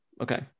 okay